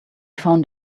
found